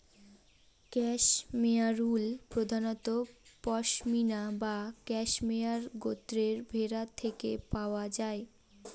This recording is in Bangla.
ক্যাশমেয়ার উল প্রধানত পসমিনা বা ক্যাশমেয়ার গোত্রের ভেড়া থেকে পাওয়া যায়